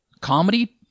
comedy